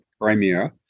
Crimea